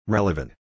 Relevant